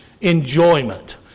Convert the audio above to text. enjoyment